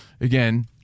again